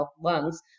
lungs